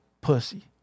pussy